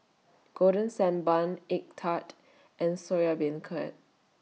Golden Sand Bun Egg Tart and Soya Beancurd